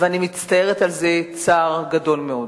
ואני מצטערת על זה צער גדול מאוד.